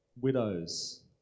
widows